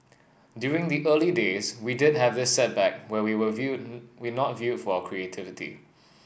during the early days we did have this setback where we were viewed we not viewed for our creativity